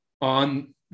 on